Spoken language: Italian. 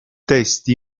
testi